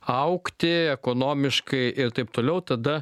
augti ekonomiškai ir taip toliau tada